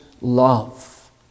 love